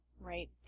Right